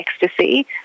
ecstasy